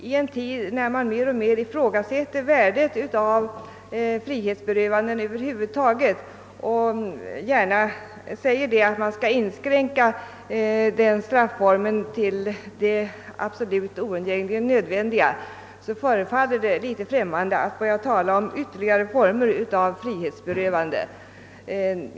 I en tid då man mer och mer ifrågasätter värdet av frihetsberövande över huvud taget och gärna säger att man skall inskränka den straffformen till det oundgängligen nödvändiga, förefaller det litet främmande att tala om ytterligare former av frihetsberövande.